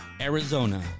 Arizona